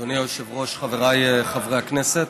אדוני היושב-ראש, חבריי חברי הכנסת.